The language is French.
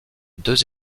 deux